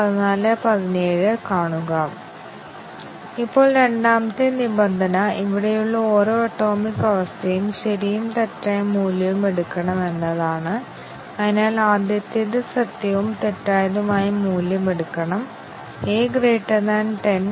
അതിനാൽ വേരിയബിളുകൾക്കിടയിലുള്ള ഡിപെൻഡൻസി കാരണം ചില നിബന്ധനകളുടെ സംയോജനം സാധ്യമാകില്ലെങ്കിലും ഞങ്ങളുടെ കവറേജിന് ചില കണ്ടിഷൻ മൂല്യങ്ങൾ സജ്ജമാക്കേണ്ടിവരുമെങ്കിലും ആ മൂല്യങ്ങൾ സെറ്റ് ചെയ്യാൻ കഴിയില്ല